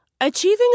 Achieving